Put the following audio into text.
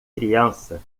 criança